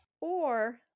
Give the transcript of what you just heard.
Or-